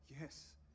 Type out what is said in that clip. Yes